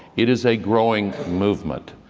it is a growing movement.